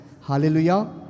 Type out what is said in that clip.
Hallelujah